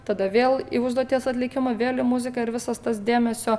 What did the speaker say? tada vėl į užduoties atlikimą vėl į muziką ir visas tas dėmesio